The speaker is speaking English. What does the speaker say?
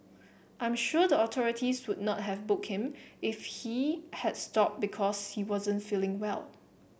I'm sure the authorities would not have book him if he had stop because he wasn't feeling well